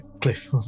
Cliff